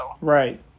Right